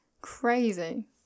Crazy